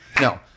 No